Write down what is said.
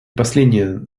последнее